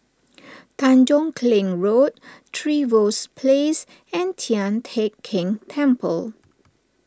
Tanjong Kling Road Trevose Place and Tian Teck Keng Temple